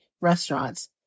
restaurants